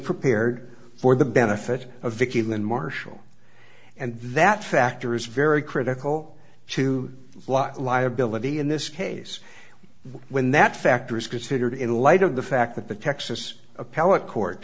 prepared for the benefit of vickie lynn marshall and that factor is very critical to liability in this case when that factor is considered in light of the fact that the texas appellate court